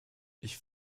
ich